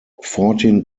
fourteen